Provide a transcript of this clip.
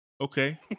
Okay